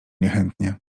niechętnie